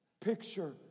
picture